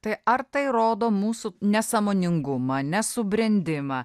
tai ar tai rodo mūsų nesąmoningumą nesubrendimą